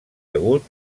hagut